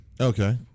Okay